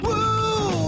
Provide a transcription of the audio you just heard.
Woo